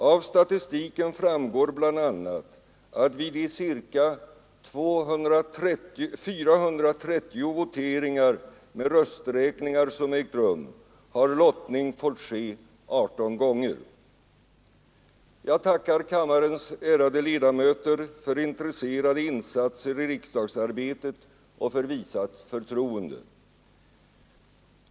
Av statistiken framgår bl.a. att vid de ca 430 huvudvoteringar med rösträkning som ägt rum har lottning fått ske 18 gånger. Jag tackar kammarens ärade ledamöter för intresserade insatser i riksdagsarbetet och för visat förtroende.